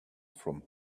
from